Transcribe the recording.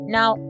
Now